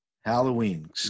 Halloween